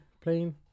playing